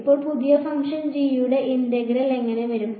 അപ്പോൾ പുതിയ function g യുടെ ഇന്റഗ്രൽ എങ്ങനെ വരും